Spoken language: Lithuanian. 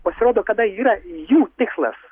pasirodo kada yra jų tikslas